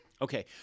Okay